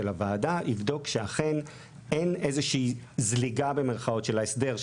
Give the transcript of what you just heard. הוועדה יבדוק שאכן אין איזו שהיא ״זליגה״ של ההסדר,